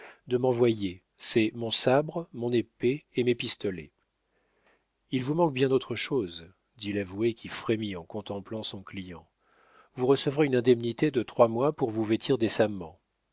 de m'envoyer c'est mon sabre mon épée et mes pistolets il vous manque bien autre chose dit l'avoué qui frémit en contemplant son client vous recevrez une indemnité de trois mois pour vous vêtir décemment